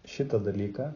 šitą dalyką